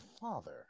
father